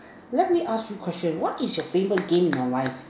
let me ask you question what is your favourite game in your life